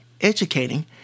educating